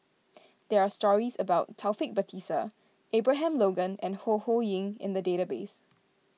there are stories about Taufik Batisah Abraham Logan and Ho Ho Ying in the database